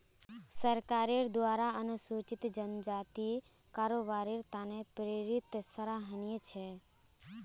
सरकारेर द्वारा अनुसूचित जनजातिक कारोबारेर त न प्रेरित सराहनीय छ